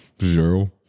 Zero